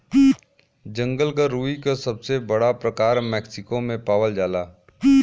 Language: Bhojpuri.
जंगल क रुई क सबसे बड़ा प्रकार मैक्सिको में पावल जाला